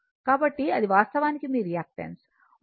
కాబట్టి ఇది వాస్తవానికి మీ రియాక్టెన్స్ 1 ω c